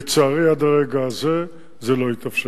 לצערי, עד הרגע הזה זה לא התאפשר.